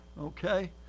okay